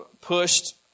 pushed